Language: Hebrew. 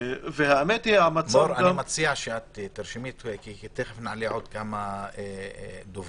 מור, אני מציע שתרשמי כי תכף נעלה עוד כמה דוברים